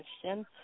question